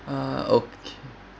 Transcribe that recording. uh okay